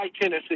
Tennessee